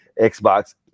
Xbox